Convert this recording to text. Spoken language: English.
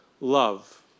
love